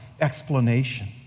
explanation